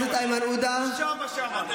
בושה מה שאמרת.